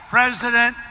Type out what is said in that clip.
President